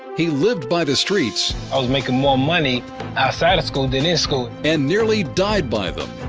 he lived by the streets. i was making more money outside of school than in school. and nearly died by them.